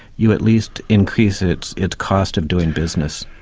you at least increase its its cost of doing business.